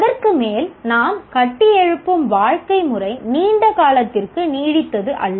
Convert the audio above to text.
அதற்கு மேல் நாம் கட்டியெழுப்பும் வாழ்க்கை முறை நீண்ட காலத்திற்கு நீடித்தது அல்ல